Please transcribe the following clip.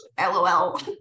lol